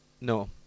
No